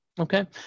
okay